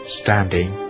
standing